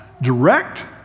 direct